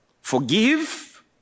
forgive